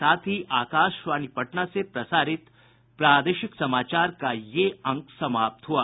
इसके साथ ही आकाशवाणी पटना से प्रसारित प्रादेशिक समाचार का ये अंक समाप्त हुआ